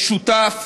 שותף